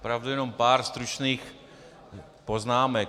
Opravdu jenom pár stručných poznámek.